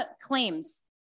claims